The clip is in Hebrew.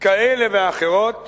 כאלה ואחרות